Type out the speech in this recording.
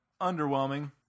underwhelming